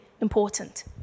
important